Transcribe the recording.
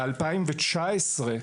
בשנת 2019,